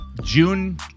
June